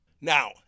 Now